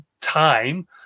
time